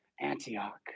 Antioch